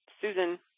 Susan